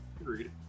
Agreed